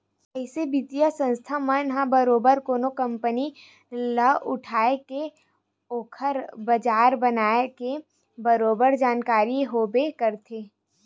अइसन बित्तीय संस्था मन ल बरोबर कोनो कंपनी ल उठाय के ओखर बजार बनाए के बरोबर जानकारी होबे करथे